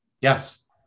Yes